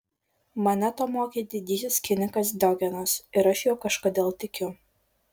mane to mokė didysis kinikas diogenas ir aš juo kažkodėl tikiu